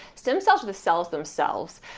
stem cells are the cells themselves.